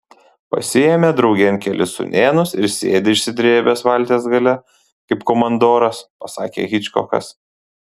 pasiėmė draugėn kelis sūnėnus ir sėdi išsidrėbęs valties gale kaip komandoras pasakė hičkokas